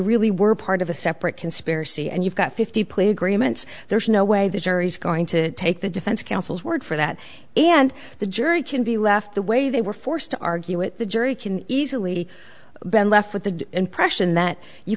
really were part of a separate conspiracy and you've got fifty plea agreements there's no way the jury's going to take the defense counsel's word for that and the jury can be left the way they were forced to argue with the jury can easily been left with the impression that you